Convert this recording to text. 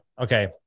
Okay